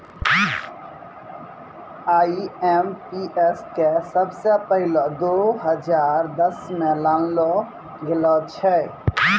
IMPS के सबसे पहिलै दो हजार दसमे लानलो गेलो छेलै